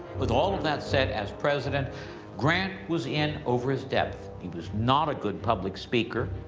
with all that said, as president grant, was in over his depth. he was not a good public speaker.